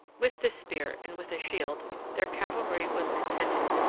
with this spear, and with a shield, their cavalry was contented.